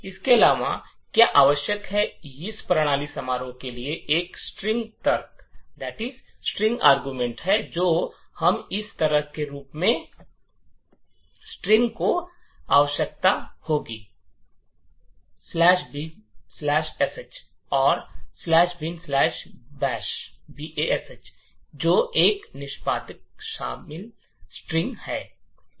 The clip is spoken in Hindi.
इसके अलावा क्या आवश्यक है इस प्रणाली function के लिए एक स्ट्रिंग तर्क है तो हम इस तरह के रूप में स्ट्रिंग की आवश्यकता होगी बिनश या बिनबैश ""binsh"" or ""binbash"" जो एक निष्पादक शामिल स्ट्रिंग है